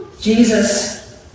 Jesus